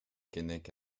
keinec